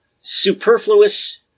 superfluous